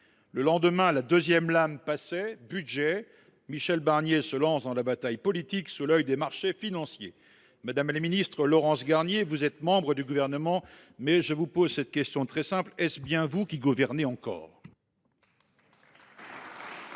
Le lendemain, deuxième lame :« Budget 2025 : Michel Barnier se lance dans la bataille politique sous l’œil des marchés financiers. » Madame Laurence Garnier, vous êtes membre du Gouvernement, mais je vous pose cette question très simple : est ce bien vous qui gouvernez encore ?